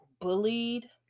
bullied